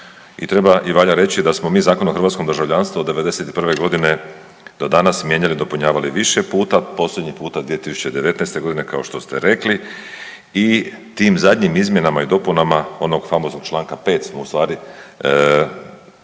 i treba i valja reći da smo mi Zakon o hrvatskom državljanstvu od '91. g. do danas mijenjali i dopunjavali više puta, posljednji puta 2019. g. kao što ste rekli i tim zadnjim izmjenama i dopunama onog famoznog čl. 5 smo ustvari, stavili